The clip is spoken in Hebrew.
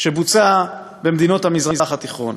שבוצע במדינות המזרח התיכון?